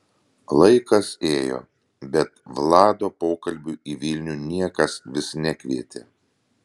laikas ėjo bet vlado pokalbiui į vilnių niekas vis nekvietė